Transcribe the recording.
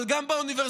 אבל גם באוניברסיטאות?